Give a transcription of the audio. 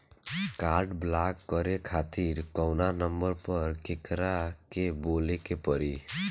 Card block करे खातिर कवना नंबर पर केकरा के बोले के परी?